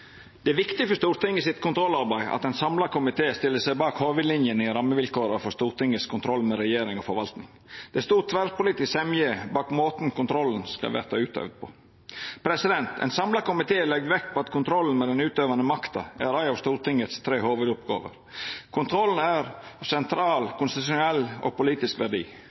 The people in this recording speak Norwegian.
Det er viktig for Stortinget sitt kontrollarbeid at ein samla komité stiller seg bak hovudlinene i rammevilkåra for Stortingets kontroll med regjering og forvalting. Det er stor tverrpolitisk semje bak måten kontrollen skal verta utøvd på. Ein samla komité legg vekt på at kontroll med den utøvande makta er ei av Stortingets tre hovudoppgåver. Kontrollen er av sentral, konstitusjonell og politisk verdi.